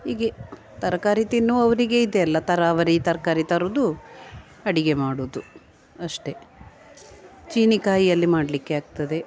ಹೀಗೆ ತರಕಾರಿ ತಿನ್ನುವವರಿಗೆ ಇದೆಯಲ್ಲ ತರಾವರಿ ತರಕಾರಿ ತರುವುದು ಅಡುಗೆ ಮಾಡುವುದು ಅಷ್ಟೇ ಚೀನಿಕಾಯಿಯಲ್ಲಿ ಮಾಡಲಿಕ್ಕೆ ಆಗ್ತದೆ